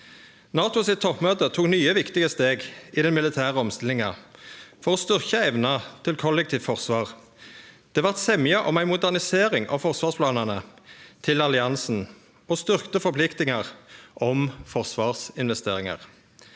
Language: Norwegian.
NATOs toppmøte tok nye viktige steg i den militære omstillinga for å styrkje evna til kollektivt forsvar. Det vart semje om ei modernisering av forsvarsplanane til alliansen og styrkte forpliktingar om forsvarsinvesteringar.